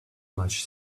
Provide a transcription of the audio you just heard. much